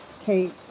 Kate